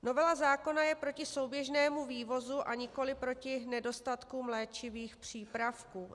Novela zákona je proti souběžnému vývozu, a nikoliv proti nedostatkům léčivých přípravků.